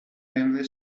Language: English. railway